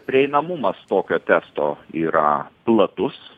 prieinamumas tokio testo yra platus